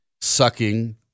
sucking